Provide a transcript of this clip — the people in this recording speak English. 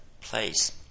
place